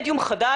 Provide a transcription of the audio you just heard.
יש מדיום חדש.